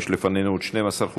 יש לפנינו עוד 12 חוקים.